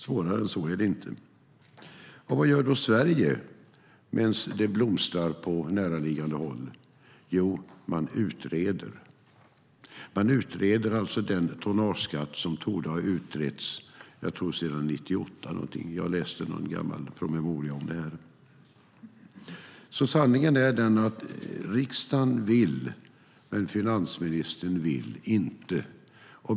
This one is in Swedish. Svårare än så är det inte. Vad gör då Sverige medan det blomstrar på näraliggande håll? Jo, man utreder. Man utreder den tonnageskatt som nu har utretts sedan 1998. tror jag - jag läste någon gammal promemoria om detta. Sanningen är den att riksdagen vill, men finansministern vill inte.